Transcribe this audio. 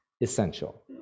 essential